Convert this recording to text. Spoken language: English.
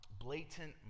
blatant